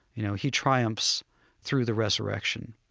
you know, he triumphs through the resurrection.